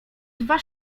dwa